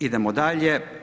Idemo dalje.